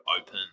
open